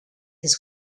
his